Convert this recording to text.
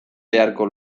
beharko